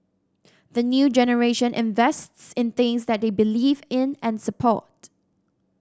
the new generation invests in things that they believe in and support